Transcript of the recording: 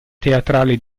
teatrale